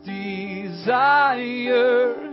desire